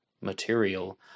material